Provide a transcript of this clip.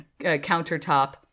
countertop